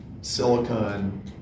silicon